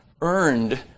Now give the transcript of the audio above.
earned